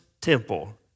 Temple